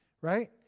Right